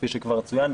כפי שכבר צוין,